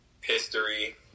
history